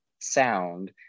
sound